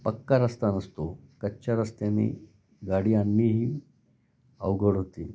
पक्का रस्ता नसतो कच्च्या रस्त्याने गाडी आणणेही अवघड होते